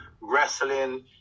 wrestling